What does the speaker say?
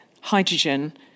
hydrogen